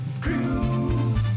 Crew